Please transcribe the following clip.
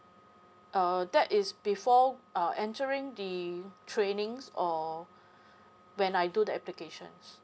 uh that is before uh entering the trainings or when I do the applications